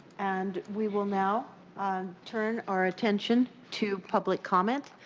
and we will now turn our attention to public comment,